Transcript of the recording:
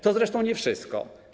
To zresztą nie wszystko.